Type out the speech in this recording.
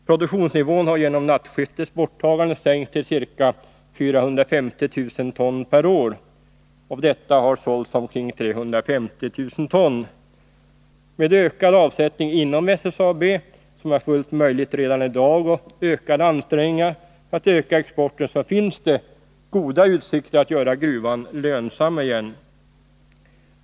Produktionsnivån har genom nattskiftets borttagande sänkts till ca 450 000 ton per år. Av detta har sålts omkring 350 000 ton. Med ökad avsättning inom SSAB, vilket är fullt möjligt redan i dag, och ökade ansträngningar för att öka exporten finns det goda utsikter att göra gruvan lönsam igen.